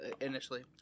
initially